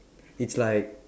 it's like